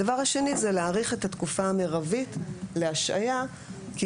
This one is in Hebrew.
הדבר השני זה להאריך את התקופה המרבית להשעיה, כי